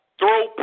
throw